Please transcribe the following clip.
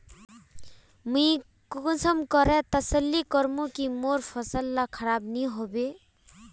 मुई कुंसम करे तसल्ली करूम की मोर फसल ला खराब नी होबे?